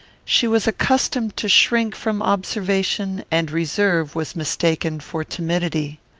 she was accustomed to shrink from observation, and reserve was mistaken for timidity.